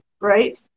right